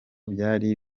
byari